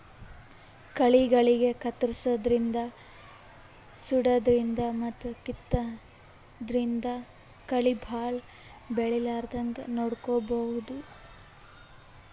ಕಳಿಗಳಿಗ್ ಕತ್ತರ್ಸದಿನ್ದ್ ಸುಡಾದ್ರಿನ್ದ್ ಮತ್ತ್ ಕಿತ್ತಾದ್ರಿನ್ದ್ ಕಳಿ ಭಾಳ್ ಬೆಳಿಲಾರದಂಗ್ ನೋಡ್ಕೊಬಹುದ್